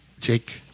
Jake